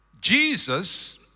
Jesus